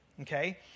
okay